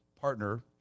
partner